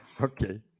okay